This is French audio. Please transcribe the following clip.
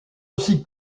aussi